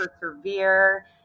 persevere